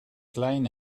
klein